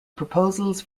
proposals